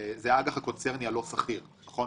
זה האג"ח הקונצרני הלא סחיר, נכון?